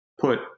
put